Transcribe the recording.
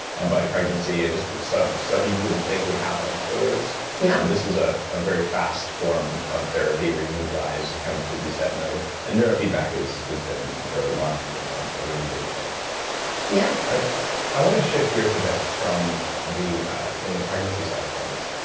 um by pregnancy, and just stuff stuff you wouldn't think would happen afterwards yeah this is ah a very fast form of therapy, where you move your eyes, kind of, to reset mode and neurofeedback has been, for lana and me, a really big thing yeah i i want to shift gears a bit, from the from the pregnancy side of things,